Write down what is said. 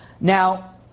Now